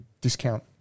discount